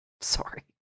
Sorry